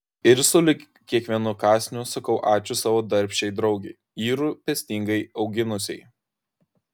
ir sulig kiekvienu kąsniu sakau ačiū savo darbščiai draugei jį rūpestingai auginusiai